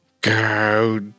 Go